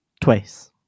twice